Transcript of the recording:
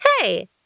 Hey